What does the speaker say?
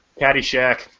Caddyshack